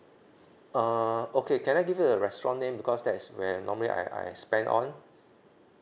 um okay can I give you the restaurant name because that is where normally I I spend on